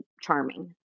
charming